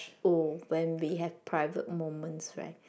oh when we have private moments right